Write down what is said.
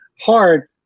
hard